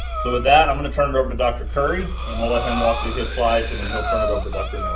so with that, i'm going to turn it over to dr. curry, and we'll let him walk through his slides, and then and he'll turn it over to dr.